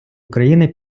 україни